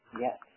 Yes